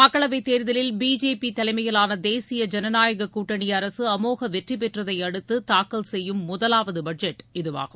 மக்களவை தேர்தலில் பிஜேபி தலைமையிலான தேசிய ஜனநாயக கூட்டணி அரசு அமோக வெற்றி பெற்றதையடுத்து தாக்கல் செய்யும் முதலாவது பட்ஜெட் இதுவாகும்